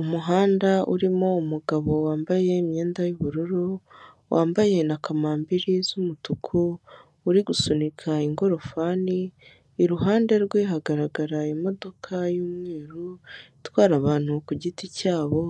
Umuhanda urimo umugabo wambaye imyenda y'ubururu wambaye na kamambiri z'umutuku uri gusunika ingorofani, iruhande rwe hagaragara imodoka y'umweru itwara abantu ku giti cyabo,